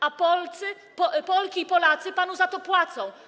A Polki i Polacy panu za to płacą.